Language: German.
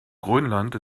grönland